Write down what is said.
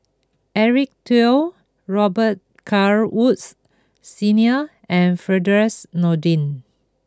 Eric Teo Robet Carr Woods Senior and Firdaus Nordin